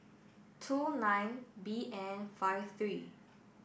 two nine B N five three